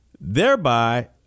Thereby